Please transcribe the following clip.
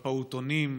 ובפעוטונים.